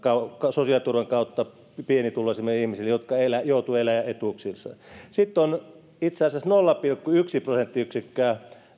sosiaaliturvan kautta lisää pienituloisimmille ihmisille jotka joutuvat elämään etuuksilla sitten tuloluokissa kuusikymmentäviisituhatta viiva kahdeksankymmentätuhatta verotus on noussut itse asiassa nolla pilkku yksi prosenttiyksikköä